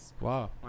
Wow